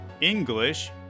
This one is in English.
English